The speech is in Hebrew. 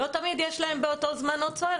לא תמיד יש להם באותו זמן עוד סוהר